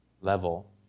level